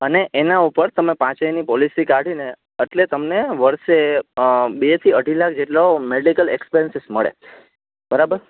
અને એના ઉપર તમે પાંચેયની પોલિસી કાઢીને અટલે તમને વર્ષે બેથી અઢી લાખ જેટલો મેડિકલ એક્સપેનસિસ મળે બરાબર